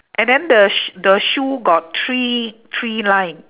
and then the sh~ the shoe got three three line